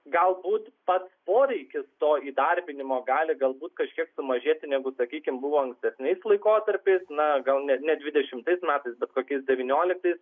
galbūt pats poreikis to įdarbinimo gali galbūt kažkiek sumažėti negu sakykim buvo ankstesniais laikotarpiais na gal ne ne dvidešimtais metais bet kokiais devynioliktais